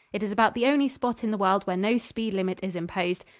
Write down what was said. it is about the only spot in the world where no speed limit is imposed,